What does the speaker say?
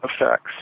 effects